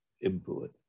import